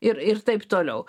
ir ir taip toliau